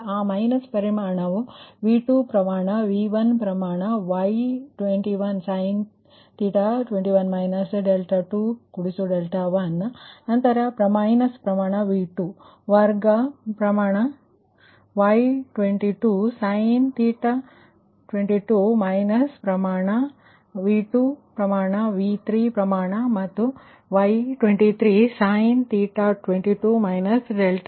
ಆ ಮೈನಸ್ ಪರಿಮಾಣ V2 ಪ್ರಮಾಣ V1 ಪ್ರಮಾಣ Y21sin𝜃21 −𝛿2 𝛿1 ನಂತರ ಮೈನಸ್ ಪ್ರಮಾಣV2 ವರ್ಗ ಪ್ರಮಾಣ Y22sin𝜃22 ಮೈನಸ್ ಪ್ರಮಾಣ V2 ಪರಿಮಾಣ V3 ಪ್ರಮಾಣ Y23 sin𝜃22 −𝛿2 𝛿3